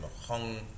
Hong